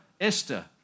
Esther